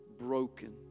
broken